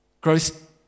growth